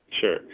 Sure